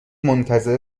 منتظر